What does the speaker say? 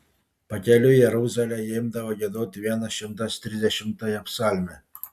pakeliui į jeruzalę jie imdavo giedoti vienas šimtas trisdešimtąją psalmę